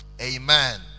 Amen